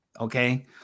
Okay